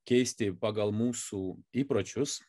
keisti pagal mūsų įpročius